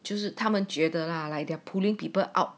就是他们觉得 lah like they're pulling people out